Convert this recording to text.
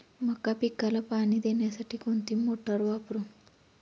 मका पिकाला पाणी देण्यासाठी कोणती मोटार वापरू?